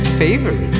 favorite